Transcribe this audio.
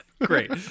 Great